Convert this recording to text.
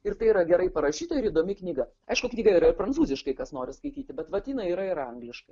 ir tai yra gerai parašyta ir įdomi knyga aišku knyga yra ir prancūziškai kas nori skaityti bet vat jinai yra ir angliškai